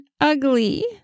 ugly